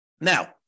Now